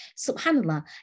subhanAllah